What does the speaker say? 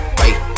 wait